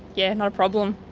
yeah not a problem.